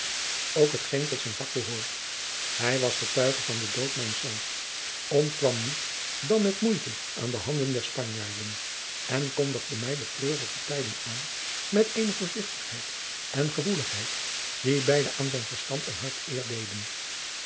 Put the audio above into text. ook het geen tot zijn vak behoort hij was getuige van den dood mijns zoons ontkwam niet dan met moeite aan de handen der spanjaarden en kondigde mij de treurige tijding aan met eene voorzichtigheid en gevoeligheid die beide aan zijn verstand en hart